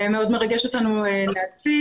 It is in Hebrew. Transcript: מאוד מרגש אותנו להציג.